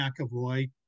McAvoy